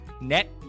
net